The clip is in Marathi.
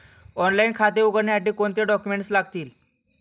ऑनलाइन खाते उघडण्यासाठी कोणते डॉक्युमेंट्स लागतील?